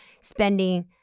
spending